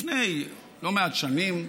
לפני לא מעט שנים,